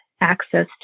Access